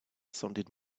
sounded